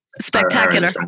spectacular